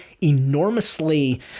enormously